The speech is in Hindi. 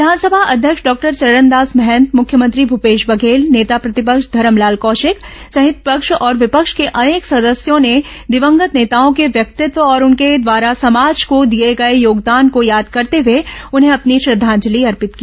विधानसभा अध्यक्ष डॉक्टर चरणदास महंत मुख्यमंत्री भूपेश बधेल नेता प्रतिपक्ष धरमलाल कौशिक सहित पक्ष और विपक्ष के अनेक सदस्यों ने दिवंगत नेताओं के व्यक्तित्व और उनके द्वारा समाज को दिए गए योगदान को याद करते हुए उन्हें अपनी श्रद्धांजलि अर्पित की